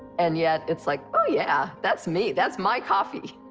and yet it's like oh yeah that's me, that's my coffee.